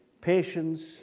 patience